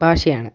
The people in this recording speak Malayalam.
ഭാഷയാണ്